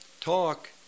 talk